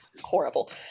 horrible